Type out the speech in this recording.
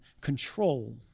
control